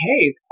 hey